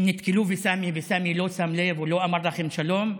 אם נתקלו בסמי וסמי לא שם לב או לא אמר לכם שלום,